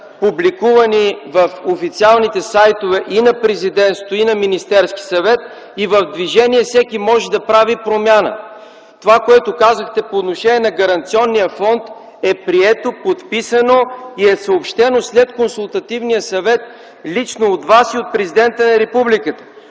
публикувани в официалните сайтове на Президентството и на Министерския съвет, и в движение всеки може да прави промяна. Казаното от Вас по отношение на Гаранционния фонд е прието, подписано и е съобщено след заседанието на Консултативния съвет лично от Вас и от Президента на Републиката.